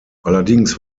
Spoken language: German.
allerdings